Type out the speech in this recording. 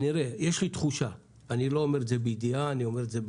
יש לי תחושה איני אומר זאת בידיעה אלא בזהירות,